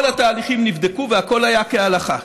כל התהליכים נבדקו והכול היה כהלכה.